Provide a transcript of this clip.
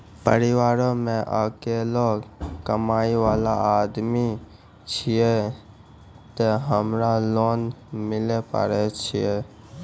परिवारों मे अकेलो कमाई वाला आदमी छियै ते हमरा लोन मिले पारे छियै?